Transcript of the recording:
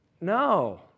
No